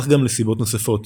אך גם לסיבות נוספות